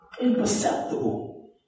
imperceptible